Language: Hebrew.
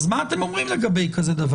אז מה אתם אומרים לגבי דבר כזה?